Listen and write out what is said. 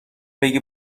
بگه